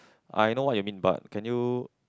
I know what you mean but can you